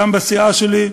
גם בסיעה שלי,